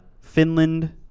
Finland